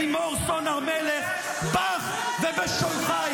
מעיד על החמאה שמרוחה על ראשך ועל ראשו